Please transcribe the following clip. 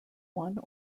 one